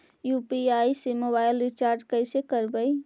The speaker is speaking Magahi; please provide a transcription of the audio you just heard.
यु.पी.आई से मोबाईल रिचार्ज कैसे करबइ?